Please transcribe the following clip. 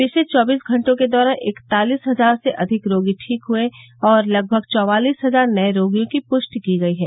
पिछले चौबीस घंटों के दौरान इकतालिस हजार से अधिक रोगी ठीक हुए और लगभग चौवालिस हजार नये रोगियों की पृष्टि की गई है